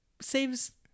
saves